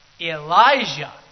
Elijah